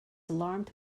alarmed